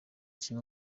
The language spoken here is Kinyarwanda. kimwe